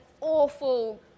awful